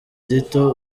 gito